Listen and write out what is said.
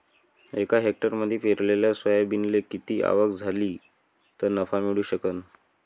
एका हेक्टरमंदी पेरलेल्या सोयाबीनले किती आवक झाली तं नफा मिळू शकन?